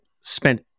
spent